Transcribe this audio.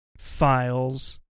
files